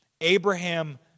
Abraham